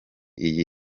iyi